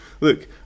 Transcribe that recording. Look